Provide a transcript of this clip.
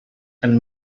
and